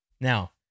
Now